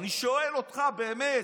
אני שואל אותך באמת,